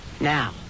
Now